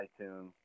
iTunes